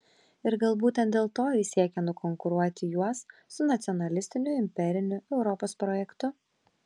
ir gal būtent dėl to jis siekia nukonkuruoti juos su nacionalistiniu imperiniu europos projektu